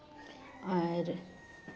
ᱟᱨ